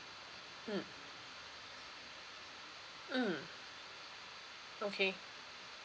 mm mm okay